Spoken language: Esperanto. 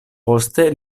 poste